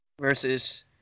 versus